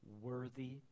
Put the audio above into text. Worthy